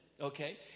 okay